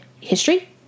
history